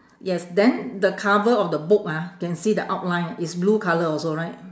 yes then the cover of the book ah can see the outline is blue colour also right